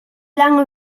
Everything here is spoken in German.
lange